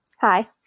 Hi